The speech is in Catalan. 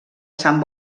sant